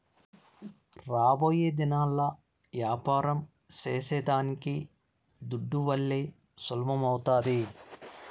రాబోయేదినాల్ల యాపారం సేసేదానికి దుడ్డువల్లే సులభమౌతాది